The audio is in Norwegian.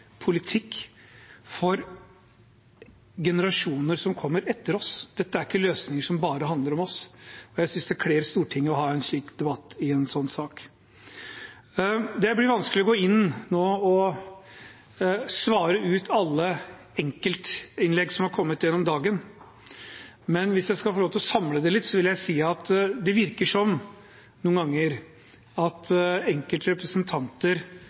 politikk, for generasjonene som kommer etter oss. Dette er ikke løsninger som bare handler om oss. Jeg synes det kler Stortinget å ha en sånn debatt i en sånn sak. Det blir vanskelig å svare på alle enkeltinnlegg som har kommet gjennom dagen, men hvis jeg skal få lov til å samle det litt, vil jeg si at det virker noen ganger som om enkeltrepresentanter blander sammen det å peke på en utfordring og at